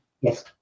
Yes